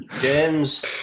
James